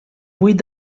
buit